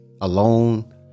alone